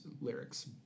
lyrics